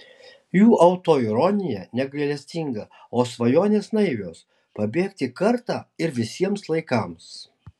jų autoironija negailestinga o svajonės naivios pabėgti kartą ir visiems laikams